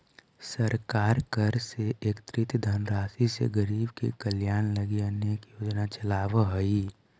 सरकार कर से एकत्रित धनराशि से गरीब के कल्याण लगी अनेक योजना चलावऽ हई